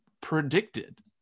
predicted